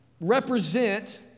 represent